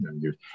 years